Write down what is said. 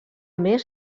més